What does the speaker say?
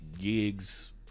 gigs